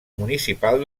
municipal